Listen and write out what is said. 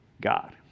God